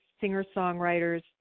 singer-songwriters